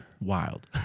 wild